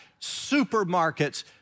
supermarkets